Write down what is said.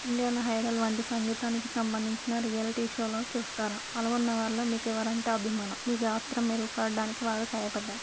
Indian Idol వంటి సంగీతానికి సంబంధించిన రియాలిటీ షోలో చూస్తారా పాల్గొన్న వారిలో మీకు ఎవరంటే అభిమానం మీ గాత్రం మెరుగు పడటానికి వారు సహాయపడ్డ